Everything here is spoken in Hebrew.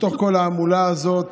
בתוך כל ההמולה הזאת